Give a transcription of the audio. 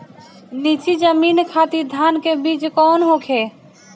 नीची जमीन खातिर धान के बीज कौन होखे?